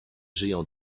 żyją